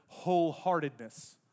wholeheartedness